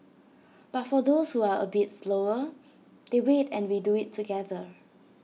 but for those who are A bit slower they wait and we do IT together